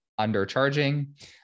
undercharging